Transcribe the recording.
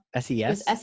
SES